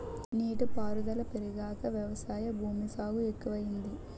నీటి పారుదుల పెరిగాక వ్యవసాయ భూమి సాగు ఎక్కువయింది